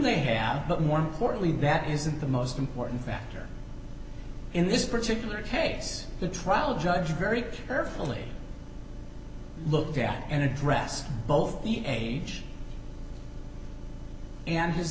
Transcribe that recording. they have but more importantly that isn't the most important factor in this particular case the trial judge very carefully looked at and addressed both the age and his